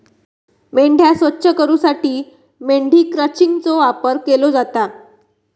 मेंढ्या स्वच्छ करूसाठी मेंढी क्रचिंगचो वापर केलो जाता